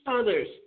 others